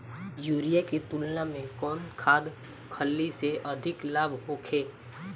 Urea के तुलना में कौन खाध खल्ली से अधिक लाभ होखे?